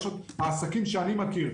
העסקים שאני מכיר,